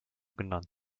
genannt